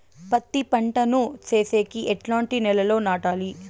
పత్తి పంట ను సేసేకి ఎట్లాంటి నేలలో నాటాలి?